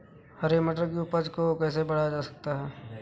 हरी मटर की उपज को कैसे बढ़ाया जा सकता है?